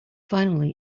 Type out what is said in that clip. finally